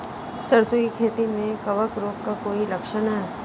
सरसों की खेती में कवक रोग का कोई लक्षण है?